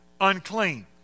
unclean